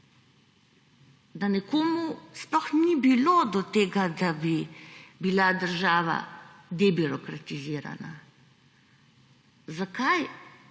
da nekomu sploh ni bilo do tega, da bi bila država debirokratizirana. Zakaj?